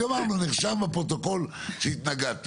אז גמרנו נרשם בפרוטוקול שהתנגדת.